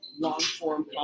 long-form